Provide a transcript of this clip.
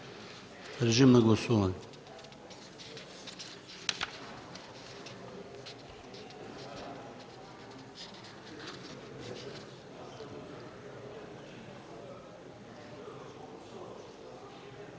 Режим на гласуване.